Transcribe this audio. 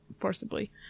forcibly